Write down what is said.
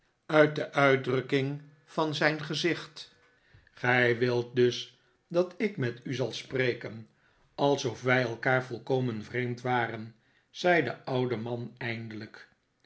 uit de uitdrukking van zijn gezicht gij wilt dus dat ik met u zal spreken alsof wij elkaar volkomen vreemd waren zei de oude man eindelijk